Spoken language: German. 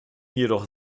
jedoch